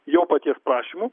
jo paties prašymu